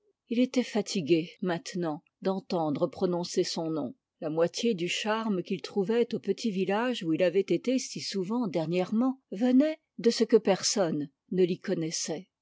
il était fatigué maintenant d'entendre prononcer son nom la moitié du charme qu'il trouvait au petit village où il avait été si souvent dernièrement venait de ce que personne ne l'y connaissait